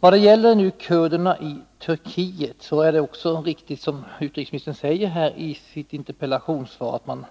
Vad det gäller kurderna i Turkiet är det riktigt som utrikesministern säger i interpellationssvaret, att man